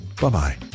Bye-bye